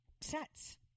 sets